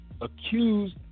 Accused